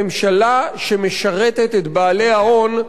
ממשלה שמשרתת את בעלי ההון,